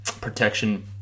protection